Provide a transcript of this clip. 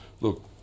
Look